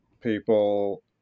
people